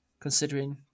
considering